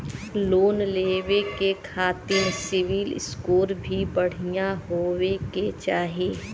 Loan लेवे के खातिन सिविल स्कोर भी बढ़िया होवें के चाही?